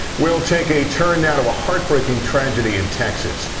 we'll take a turn now to a heartbreaking tragedy in texas.